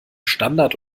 standard